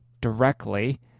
directly